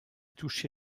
touché